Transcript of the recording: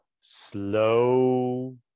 slow